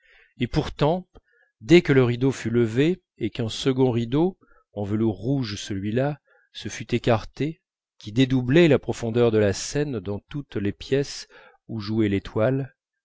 et pourtant dès que le rideau fut levé et qu'un second rideau en velours rouge celui-là se fut écarté qui dédoublait la profondeur de la scène dans toutes les pièces où jouait l'étoile